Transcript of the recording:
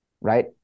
right